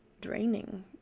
draining